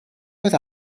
oedd